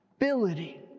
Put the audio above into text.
ability